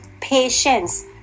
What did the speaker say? patience